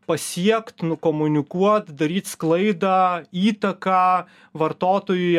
pasiekt nukomunikuot daryt sklaidą įtaką vartotojui